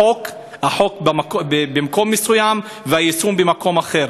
החוק במקום מסוים והיישום במקום אחר,